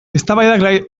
eztabaidak